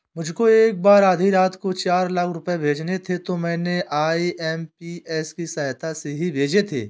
मुझको एक बार आधी रात को चार लाख रुपए भेजने थे तो मैंने आई.एम.पी.एस की सहायता से ही भेजे थे